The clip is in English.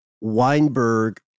Weinberg